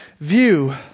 view